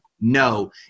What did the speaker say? No